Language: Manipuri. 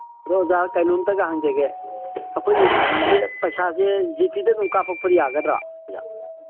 ꯑꯗꯣ ꯑꯣꯖꯥ ꯀꯩꯅꯣꯝꯇꯪꯒ ꯍꯪꯖꯒꯦ ꯑꯩꯈꯣꯏꯒꯤ ꯄꯩꯁꯥꯁꯦ ꯖꯤ ꯄꯦꯗ ꯑꯗꯨꯝ ꯀꯥꯞꯄꯛꯄ ꯌꯥꯒꯗ꯭ꯔꯥ ꯑꯣꯖꯥ